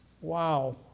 Wow